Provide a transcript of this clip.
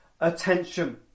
attention